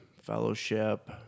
fellowship